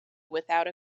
without